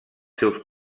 seus